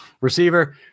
Receiver